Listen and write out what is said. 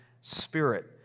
spirit